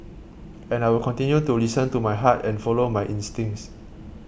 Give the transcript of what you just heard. and I will continue to listen to my heart and follow my instincts